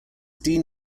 dean